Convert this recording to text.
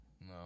No